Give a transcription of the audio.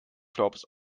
flops